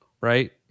right